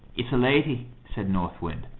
it's a lady, said north wind.